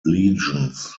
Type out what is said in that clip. legions